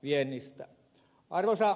arvoisa puhemies